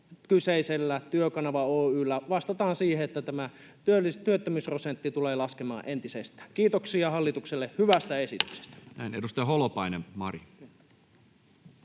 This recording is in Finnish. kyseisellä Työkanava Oy:llä vastataan siihen, että tämä työttömyysprosentti tulee laskemaan entisestään. Kiitoksia hallitukselle hyvästä esityksestä. [Speech 40]